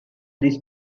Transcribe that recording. this